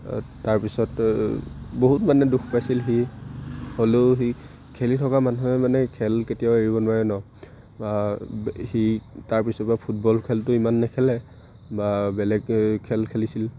তাৰপিছত বহুত মানে দুখ পাইছিল সি হ'লেও সি খেলি থকা মানুহে মানে খেল কেতিয়াবা এৰিব নোৱাৰে ন সি তাৰপিছৰ পৰা ফুটবল খেলটো ইমান নেখেলে বা বেলেগ খেল খেলিছিল